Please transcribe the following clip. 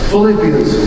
Philippians